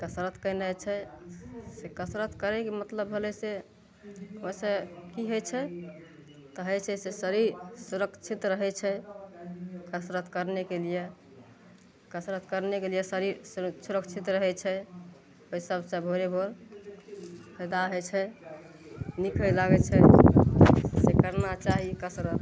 कसरत कएनाइ छै से कसरत करैके मतलब भेलै से ओहिसे कि होइ छै तऽ होइ छै से शरीर सुरक्षित रहै छै कसरत करनेके लिए कसरत करनेके लिए शरीर सुर सुरक्षित रहै छै एहि सबसे भोरे भोर फायदा होइ छै नीक होइ लागै छै से करना चाही कसरत